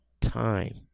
time